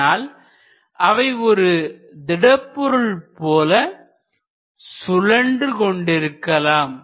ஆனால் அவை ஒரு திடப்பொருள் போல சுழன்று கொண்டிருக்கலாம்